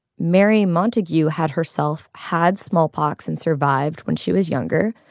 mary montagu had herself had smallpox and survived when she was younger.